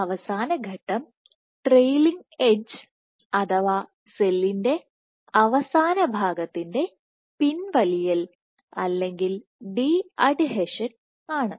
അവസാന ഘട്ടം trailing edge അഥവാ സെല്ലിൻറെ അവസാനഭാഗത്തിൻറെ പിൻവലിയൽ അല്ലെങ്കിൽ ഡി അഡ്ഹീഷൻ ആണ്